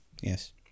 Yes